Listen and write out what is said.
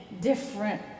different